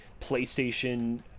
PlayStation